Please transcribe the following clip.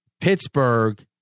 Pittsburgh